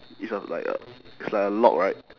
it's a like a it's like a lock right